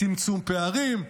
צמצום פערים,